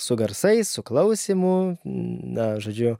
su garsais su klausymu na žodžiu